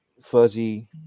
fuzzy